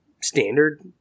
standard